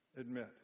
admit